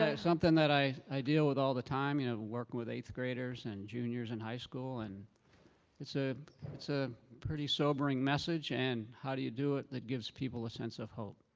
ah something that i i deal with all the time you know working with eighth graders and juniors in high school. and it's ah it's a pretty sobering message. and how do you do it that gives people a sense of hope?